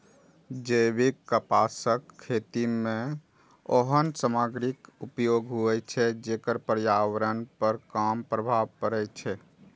जैविक कपासक खेती मे ओहन सामग्रीक उपयोग होइ छै, जेकर पर्यावरण पर कम प्रभाव पड़ै छै